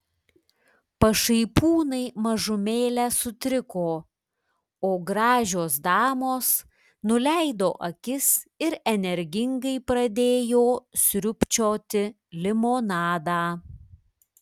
pašaipūnai mažumėlę sutriko o gražios damos nuleido akis ir energingai pradėjo sriubčioti limonadą